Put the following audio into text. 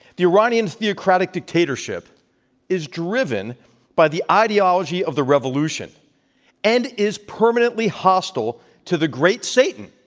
the iranian's theocratic dictatorship is driven by the ideology of the revolution and is permanently hostile to the great satan,